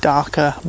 Darker